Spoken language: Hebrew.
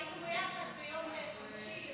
היינו ביחד ביום חמישי,